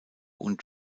und